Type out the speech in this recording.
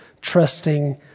trusting